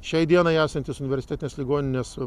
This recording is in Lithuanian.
šiai dienai esantis universitetinės ligoninės